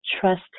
trust